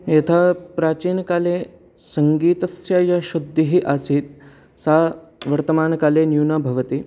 यथा प्राचीनकाले सङ्गीतस्य या शुद्धिः आसीत् सा वर्तमानकाले न्यूना भवति